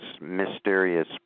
mysterious